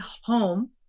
home